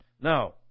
Now